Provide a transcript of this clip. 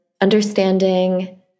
understanding